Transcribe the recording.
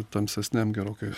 tamsesniam gerokai